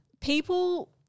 people